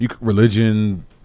religion